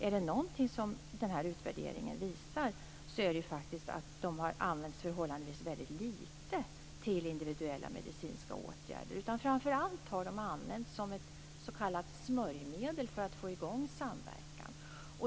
Om det är något den här utvärderingen visar så är det att medlen har använts förhållandevis lite till individuella medicinska åtgärder. De har framför allt använts som ett s.k. smörjmedel för att få i gång samverkan.